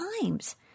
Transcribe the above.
times